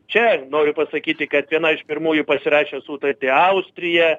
čia noriu pasakyti kad viena iš pirmųjų pasirašė sutartį austrija